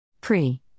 Pre